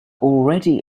already